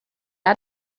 add